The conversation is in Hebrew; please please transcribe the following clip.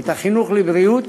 את החינוך לבריאות.